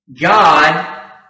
God